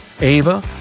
Ava